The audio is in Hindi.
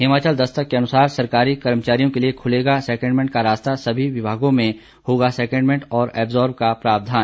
हिमाचल दस्तक के अनुसार सरकारी कर्मचारियों के लिए खुलेगा सेकेंडमेंट का रास्ता सभी विभागों में होगा सेकेंडमेंट और अब्जोर्ब का प्रावधान